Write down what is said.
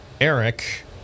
Eric